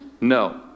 no